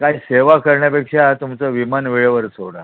काही सेवा करण्यापेक्षा तुमचं विमान वेळेवर सोडा